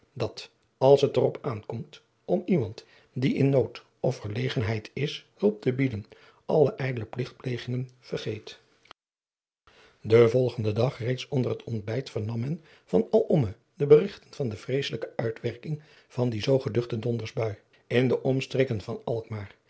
dat als het er op aankomt om iemand die in nood of verlegenheid is hulp te bieden alle ijdele pligtplegingen vergeet den volgenden dag reeds onder het ontbijt vernam men van alomme de berigten van de vreesadriaan loosjes pzn het leven van hillegonda buisman selijkste uitwerking van die zoo geduchte donderbui in de omstreken van